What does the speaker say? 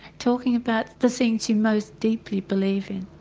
talking about the things you most deeply believe in,